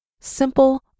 simple